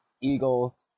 Eagles